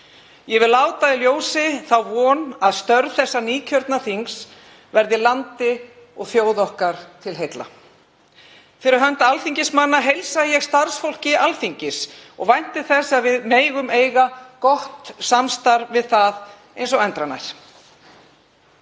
Ég vil láta í ljósi þá von að störf þessa nýkjörna þings verði landi og þjóð okkar til heilla. Fyrir hönd alþingismanna heilsa ég starfsfólki Alþingis og vænti þess að við megum eiga gott samstarf við það eins og endranær.